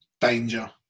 danger